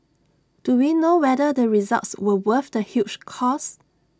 do we know whether the results were worth the huge cost